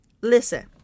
Listen